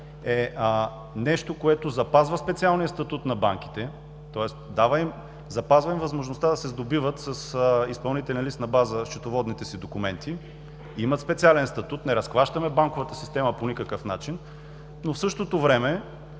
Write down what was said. – нещо, което запазва специалния статут на банките, тоест запазва им възможността да се сдобиват с изпълнителен лист на база счетоводните си документи. Имат специален статут, не разклащаме банковата система по никакъв начин, но в същото време,